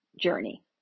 journey